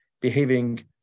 behaving